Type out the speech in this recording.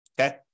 Okay